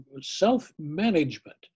self-management